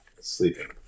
sleeping